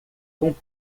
com